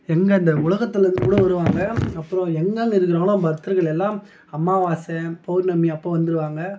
எங்கேருந்து உலகத்துலருந்து கூட வருவாங்க அப்புறம் எங்கெங்க இருக்கிறாங்களோ பக்தர்கள் எல்லாம் அம்மாவாசை பௌர்ணமி அப்போ வந்துருவாங்க